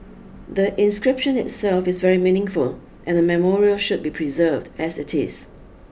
the inscription itself is very meaningful and the memorial should be preserved as it is